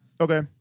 Okay